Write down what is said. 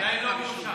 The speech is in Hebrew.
לא מואשם.